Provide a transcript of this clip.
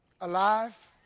alive